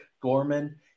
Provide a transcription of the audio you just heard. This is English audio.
Gorman